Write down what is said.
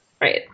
right